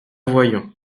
voyons